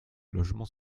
logements